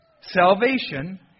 Salvation